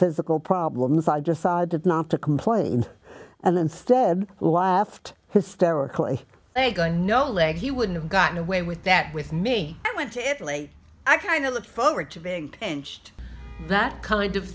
physical problems i decided not to complain and instead laughed hysterically going no leg he wouldn't have gotten away with that with me i went to italy i kind of look forward to being in just that kind of